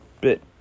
bit